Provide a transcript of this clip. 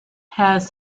has